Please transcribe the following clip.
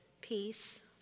peace